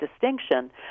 distinction